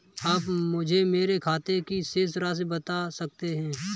आप मुझे मेरे खाते की शेष राशि बता सकते हैं?